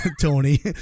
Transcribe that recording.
Tony